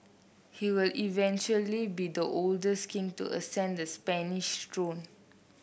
he will eventually be the oldest king to ascend the Spanish throne